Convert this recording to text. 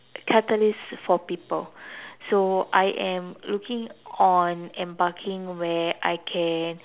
catalyst for people so I am looking on embarking where I can